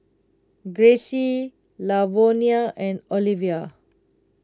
Grayce Lavonia and Olivia